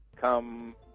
come